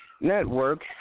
Network